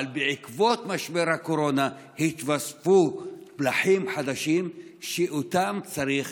אבל בעקבות משבר הקורונה התווספו פלחים חדשים ולהם צריך